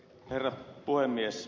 herra puhemies